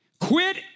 Quit